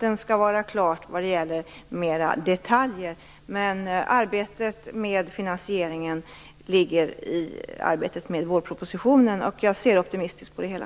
Det skall vara klart med mera detaljer på höstkanten. Arbetet med finansieringen ligger i arbetet med vårpropositionen. Jag ser optimistiskt på det hela.